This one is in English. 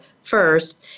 first